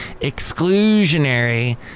exclusionary